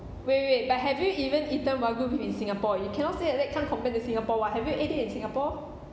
wait wait wait but have you even eaten wagyu beef in singapore you cannot say like that can't compare to singapore [one] have you eat it in singapore